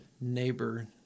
neighbor